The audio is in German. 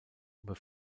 über